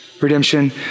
Redemption